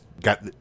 got